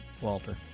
Walter